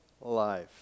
life